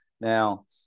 now